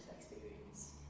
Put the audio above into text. experience